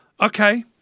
Okay